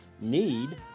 need